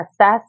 assess